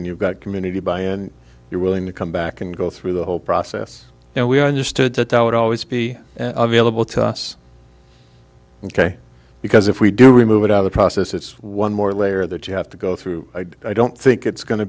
and you've got community by and you're willing to come back and go through the whole process and we understood that i would always be available to us ok because if we do remove it out of the process it's one more layer that you have to go through i don't think it's go